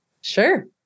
Sure